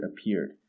appeared